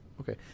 okay